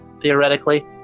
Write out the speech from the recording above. theoretically